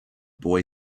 boy